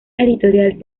editorial